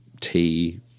tea